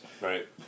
Right